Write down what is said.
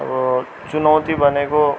अब चुनौती भनेको